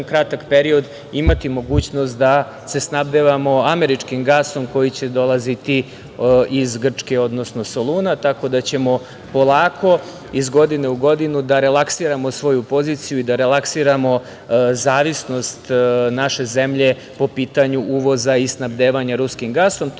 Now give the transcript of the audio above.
kratak period imati mogućnost da snabdevamo američkim gasom, koji će dolaziti iz Grčke, odnosno Soluna, tako da ćemo polako iz godine u godinu da relaksiramo svoju poziciju i da relaksiramo zavisnost naše zemlje po pitanju uvoza i snabdevanja ruskim gasom.